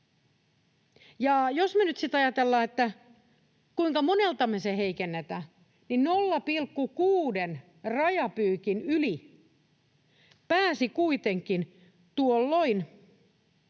ajatellaan, kuinka monelta me sitä heikennetään, niin 0,6:n rajapyykin yli pääsi kuitenkin tuolloin